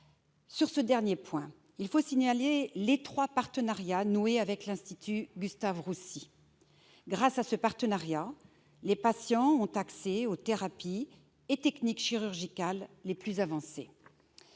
Sur ce dernier point, il faut signaler l'étroit partenariat noué avec l'Institut Gustave-Roussy. Grâce à ce partenariat, les patients ont accès aux thérapies et techniques chirurgicales les plus avancées.